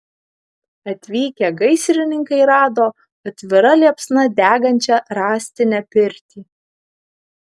atvykę gaisrininkai rado atvira liepsna degančią rąstinę pirtį